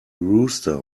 rooster